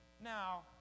Now